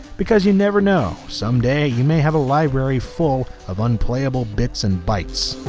because you never know. someday you may have a library full of unplayable bits and bytes.